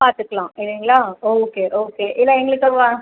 பார்த்துக்கலாம் இல்லேங்களா okay okay இல்லை எங்களுக்கு வா